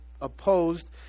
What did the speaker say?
opposed